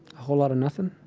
whole lot of nothing,